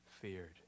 feared